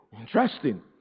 Interesting